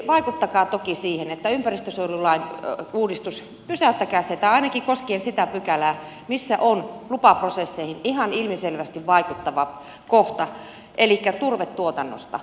vaikuttakaa toki ympäristönsuojelulain uudistukseen pysäyttäkää se ainakin koskien sitä pykälää missä on ihan ilmiselvästi lupaprosesseihin vaikuttava kohta elikkä turvetuotantoon